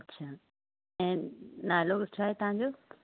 अच्छा ऐं नालो छा आहे तव्हांजो